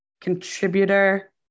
contributor